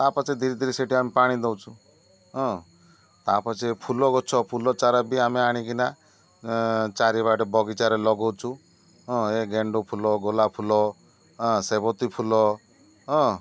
ତା ପଛେ ଧୀରେ ଧୀରେ ସେଠି ଆମେ ପାଣି ଦେଉଛୁ ହଁ ତା ପଛେ ଫୁଲ ଗଛ ଫୁଲ ଚାରା ବି ଆମେ ଆଣିକିନା ଚାରି ବାଟେ ବଗିଚାରେ ଲଗୋଉଛୁ ହଁ ଏ ଗେଣ୍ଡୁ ଫୁଲ ଗୋଲାପ ଫୁଲ ହଁ ସେବତୀ ଫୁଲ ହଁ